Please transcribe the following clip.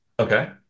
Okay